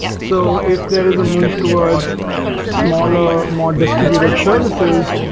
so if there is a move towards smaller, more distributed services,